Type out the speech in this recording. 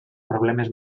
problemes